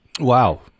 Wow